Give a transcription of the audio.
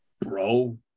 bro